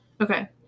Okay